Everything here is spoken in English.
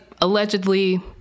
allegedly